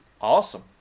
awesome